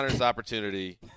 opportunity